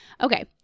Okay